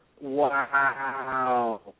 wow